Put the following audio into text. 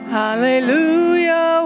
hallelujah